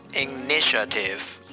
Initiative